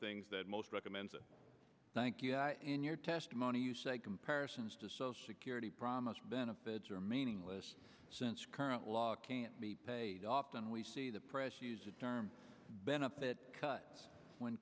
things that most recommends thank you in your testimony you say comparisons to social security promised benefits are meaningless since current law can't be paid off and we see the press use that term benefit cut when